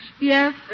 Yes